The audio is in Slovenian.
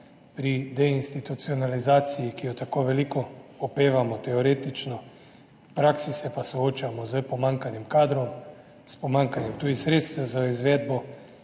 pri deinstitucionalizaciji, ki jo tako na veliko opevamo, teoretično, v praksi se pa soočamo s pomanjkanjem kadrov, s pomanjkanjem tudi sredstev za izvedbo.